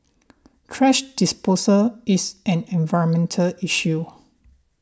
thrash disposal is an environmental issue